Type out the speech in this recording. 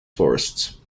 forests